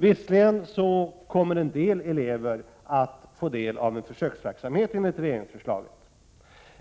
Visserligen kommer en del elever enligt regeringsförslaget att få del av en försöksverksamhet.